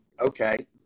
Okay